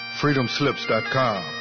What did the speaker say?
freedomslips.com